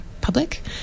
public